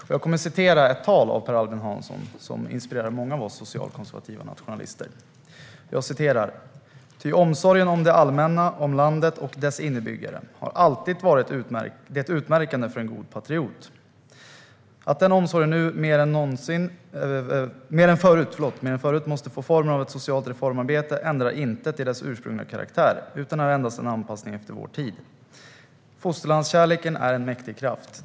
Jag kommer att citera ur ett tal av Per Albin Hansson som inspirerar många av oss socialkonservativa nationalister. Så här sa han: Ty omsorgen om det allmänna, om landet och dess innebyggare, har alltid varit det utmärkande för en god patriot. Att den omsorgen nu mer än förut måste få formen av socialt reformarbete ändrar intet i dess ursprungliga karaktär, är endast en anpassning efter vår tid. Fosterlandskärleken är en mäktig kraft.